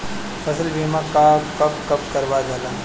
फसल बीमा का कब कब करव जाला?